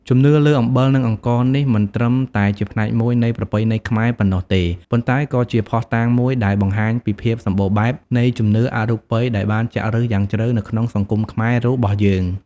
ជំនឿលើអំបិល និងអង្ករនេះ មិនត្រឹមតែជាផ្នែកមួយនៃប្រពៃណីខ្មែរប៉ុណ្ណោះទេ ប៉ុន្តែក៏ជាភស្តុតាងមួយដែលបង្ហាញពីភាពសម្បូរបែបនៃជំនឿអរូបិយដែលបានចាក់ឫសយ៉ាងជ្រៅនៅក្នុងសង្គមខ្មែររបស់យើង។